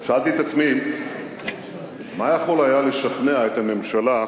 שאלתי את עצמי, מה יכול היה לשכנע את הממשלה,